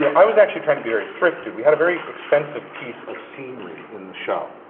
yeah i was actually trying to be very thrifty. we had a very expensive piece of scenery in the show,